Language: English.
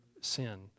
sin